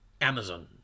Amazon